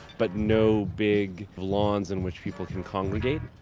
but no big lawns in which people can congregate.